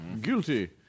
Guilty